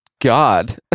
god